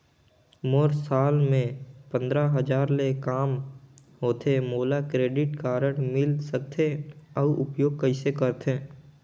मोर साल मे पंद्रह हजार ले काम होथे मोला क्रेडिट कारड मिल सकथे? अउ उपयोग कइसे करथे?